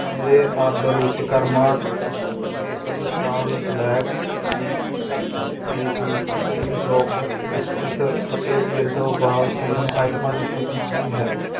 ਮੇਰੇ ਆਰਡਰ ਵਿੱਚ Karma Kettle tan black tea D P cream soap dispenser ਅਤੇ ਬਿਰਡੋ ਵਾਲ ਸੀਰਮ ਆਈਟਮਾਂ ਦੀ ਸਥਿਤੀ ਕੀ ਹੈ